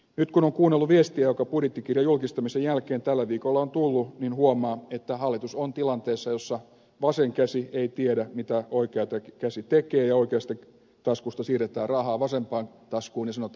nyt kun on kuunnellut viestejä joita budjettikirjan julkistamisen jälkeen tällä viikolla on tullut huomaa että hallitus on tilanteessa jossa vasen käsi ei tiedä mitä oikea käsi tekee ja oikeasta taskusta siirretään rahaa vasempaan taskuun ja sanotaan että se on elvytystä